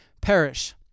perish